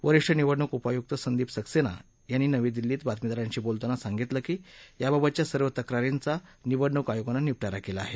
वरिष्ठ निवडणूक उपायूक्त संदीप सक्सेना यांनी नवी दिल्लीत बातमीदारांशी बोलताना सांगितलं की याबाबतच्या सर्व तक्रारींचा निवडणूक आयोगानं निपटारा केला आहे